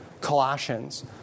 Colossians